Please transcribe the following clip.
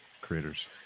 creators